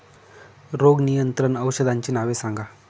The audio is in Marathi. रोग नियंत्रण औषधांची नावे सांगा?